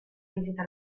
visita